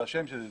זה השם של זה,